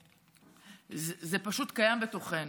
וזה פשוט קיים בתוכנו.